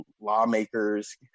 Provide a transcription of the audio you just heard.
lawmakers